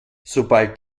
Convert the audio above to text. sobald